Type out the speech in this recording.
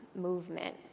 movement